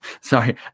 Sorry